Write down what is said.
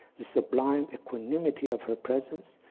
the sublime equanimity of her presence,